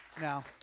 Now